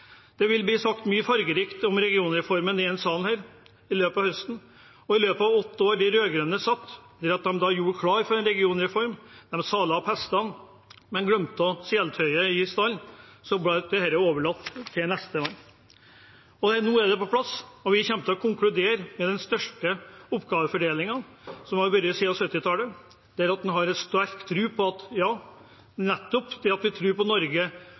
Det vil bli sagt mye fargerikt om regionreformen i denne salen i løpet av høsten. Og i løpet av de åtte årene de rød-grønne satt, gjorde de klar for en regionreform; de salet opp hestene, men glemte igjen seletøyet i stallen, og så ble dette overlatt til nestemann. Nå er det på plass, og vi kommer til å konkludere med den største oppgavefordelingen som har vært siden 1970-tallet. Nettopp det at vi tror på Norge – ved at